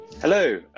Hello